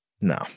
No